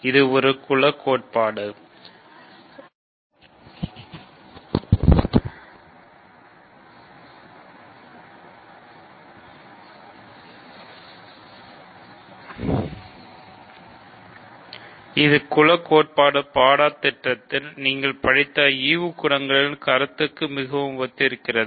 இது குல கோட்பாடு பாடத்திட்டத்தில் நீங்கள் படித்த ஈவு குலங்களின் கருத்துக்கு மிகவும் ஒத்திருக்கிறது